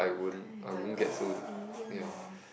if I got a million dollar